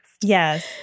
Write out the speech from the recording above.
Yes